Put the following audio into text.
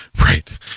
Right